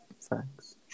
Thanks